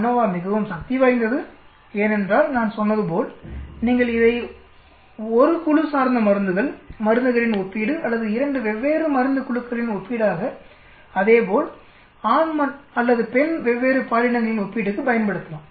ANOVA மிகவும் சக்தி வாய்ந்தது ஏனென்றால் நான் சொன்னது போல் நீங்கள் இதை 1 குழு சார்ந்த மருந்துகள் மருந்துகளின் ஒப்பீடு அல்லது 2 வெவ்வேறு மருந்து குழுக்களின் ஒப்பீடாக அதே போல் ஆண் அல்லது பெண் வெவ்வேறு பாலினங்களின் ஒப்பீட்டுக்கு பயன்படுத்தலாம்